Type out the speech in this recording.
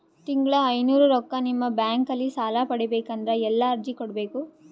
ತಿಂಗಳ ಐನೂರು ರೊಕ್ಕ ನಿಮ್ಮ ಬ್ಯಾಂಕ್ ಅಲ್ಲಿ ಸಾಲ ಪಡಿಬೇಕಂದರ ಎಲ್ಲ ಅರ್ಜಿ ಕೊಡಬೇಕು?